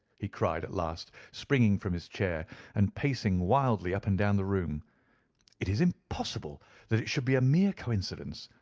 he cried, at last springing from his chair and pacing wildly up and down the room it is impossible that it should be a mere coincidence.